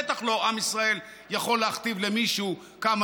בטח לא עם ישראל יכול להכתיב למישהו כמה